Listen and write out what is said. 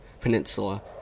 Peninsula